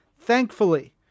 Thankfully